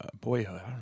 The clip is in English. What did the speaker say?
Boyhood